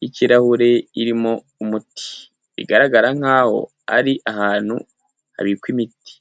y'ikirahure irimo umuti. Bgaragara nk'aho ari ahantu habikwa imiti.